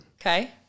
Okay